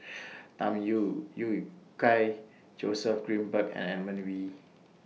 Tham Yui Yui Kai Joseph Grimberg and Edmund Wee